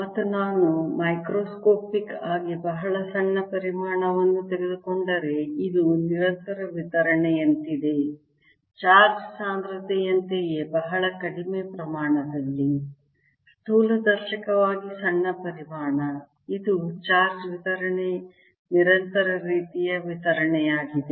ಮತ್ತು ನಾನು ಮ್ಯಾಕ್ರೋಸ್ಕೋಪಿಕ್ ಆಗಿ ಬಹಳ ಸಣ್ಣ ಪರಿಮಾಣವನ್ನು ತೆಗೆದುಕೊಂಡರೆ ಇದು ನಿರಂತರ ವಿತರಣೆಯಂತಿದೆ ಚಾರ್ಜ್ ಸಾಂದ್ರತೆಯಂತೆಯೇ ಬಹಳ ಕಡಿಮೆ ಪ್ರಮಾಣದಲ್ಲಿ ಸ್ಥೂಲ ದರ್ಶಕವಾಗಿ ಸಣ್ಣ ಪರಿಮಾಣ ಇದು ಚಾರ್ಜ್ ವಿತರಣೆ ನಿರಂತರ ರೀತಿಯ ವಿತರಣೆಯಾಗಿದೆ